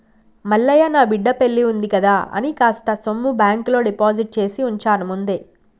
మల్లయ్య నా బిడ్డ పెల్లివుంది కదా అని కాస్త సొమ్ము బాంకులో డిపాజిట్ చేసివుంచాను ముందే